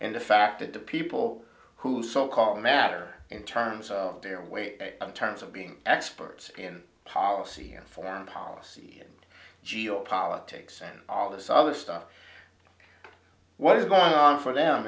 in the fact that the people who so called matter in terms of their weight in terms of being experts in policy and foreign policy and geopolitics and all this other stuff what is going on for them